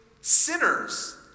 sinners